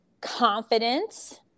confidence